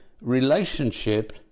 relationship